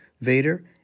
Vader